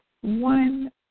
one